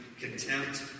contempt